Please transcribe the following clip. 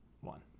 one